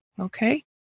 okay